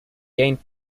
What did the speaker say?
gained